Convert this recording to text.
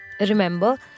remember